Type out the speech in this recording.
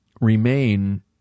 remain